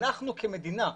אלא אנחנו כמדינה.